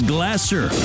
Glasser